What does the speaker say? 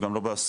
וגם לא בעשרות.